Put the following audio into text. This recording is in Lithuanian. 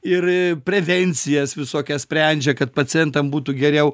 ir prevencijas visokias sprendžia kad pacientam būtų geriau